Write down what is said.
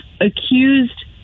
accused